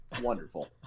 Wonderful